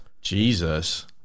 Jesus